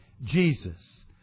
Jesus